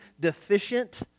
deficient